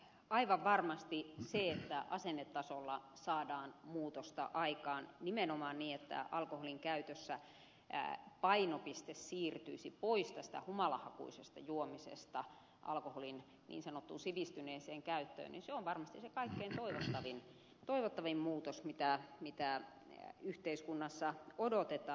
aivan varmasti se että asennetasolla saadaan muutosta aikaan nimenomaan niin että alkoholinkäytössä painopiste siirtyisi pois tästä humalahakuisesta juomisesta alkoholin niin sanottuun sivistyneeseen käyttöön on varmasti se kaikkein toivottavin muutos mitä yhteiskunnassa odotetaan